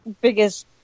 biggest